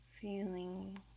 Feeling